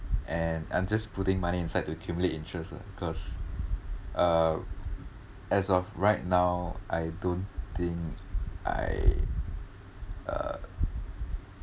and I'm just putting money inside to accumulate interest lah because uh as of right now I don't think I uh